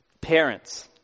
Parents